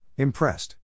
Impressed